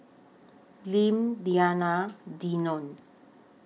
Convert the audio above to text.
Lim Denan Denon